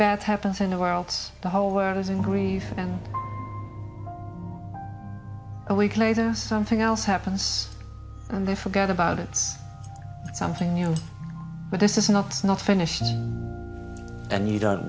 bad happens in the worlds the whole world is in grief and a week later something else happens and they forget about it it's something new but this is not snow finished and you don't